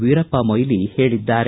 ವೀರಪ್ಪ ಮೊಯಿಲಿ ಹೇಳಿದ್ದಾರೆ